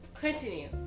Continue